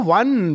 one